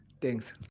Thanks